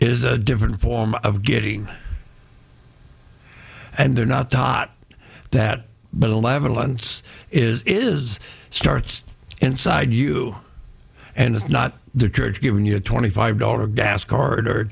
is a different form of getting and they're not caught that malevolence is starts inside you and it's not the church giving you a twenty five dollar gas card or